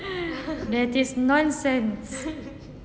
that is nonsense